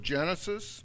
Genesis